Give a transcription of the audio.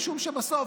משום שבסוף,